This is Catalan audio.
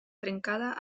trencada